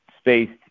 spaced